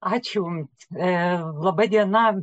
ačiū laba diena